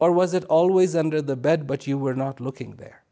or was it always under the bed but you were not looking there